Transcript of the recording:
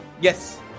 yes